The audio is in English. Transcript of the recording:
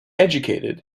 educated